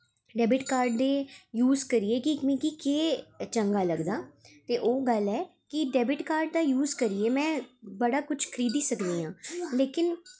debit card दे use करियै कि मिगी केह् चंगा लगदा ते ओह् गल्ल ऐ कि डेबिट कार्ड दा यूस करियै में बड़ा कुछ खरीदी सकनी आं लेकिन